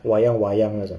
wayang wayang 那种